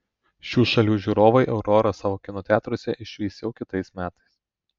šių šalių žiūrovai aurorą savo kino teatruose išvys jau kitais metais